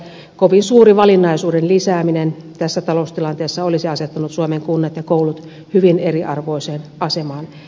kovin suuri valinnaisuuden lisääminen tässä taloustilanteessa olisi asettanut suomen kunnat ja koulut hyvin eriarvoiseen asemaan